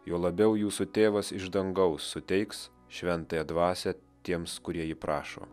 juo labiau jūsų tėvas iš dangaus suteiks šventąją dvasią tiems kurie jį prašo